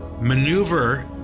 maneuver